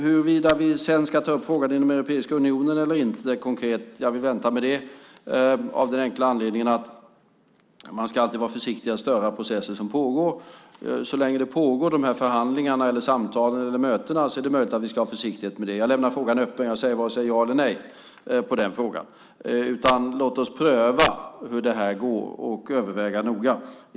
Huruvida vi ska ta upp frågan inom Europeiska unionen eller inte vill jag vänta med av den enkla anledning att man alltid ska vara försiktig med att störa processer som pågår. Så länge dessa förhandlingar eller samtal eller möten pågår är det möjligt att vi ska vara försiktiga med det. Jag lämnar frågan öppen och svarar varken ja eller nej. Låt oss pröva hur detta går och överväga noga.